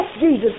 Jesus